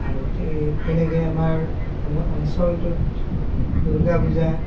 আৰু ঠিক তেনেকে আমাৰ অঞ্চলটোত দুৰ্গা পূজা